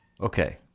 Okay